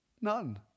none